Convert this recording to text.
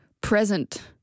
present